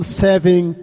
serving